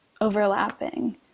overlapping